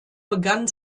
begann